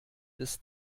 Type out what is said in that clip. des